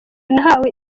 nahawe